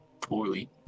poorly